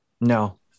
No